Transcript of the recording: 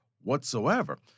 whatsoever